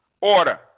Order